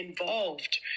involved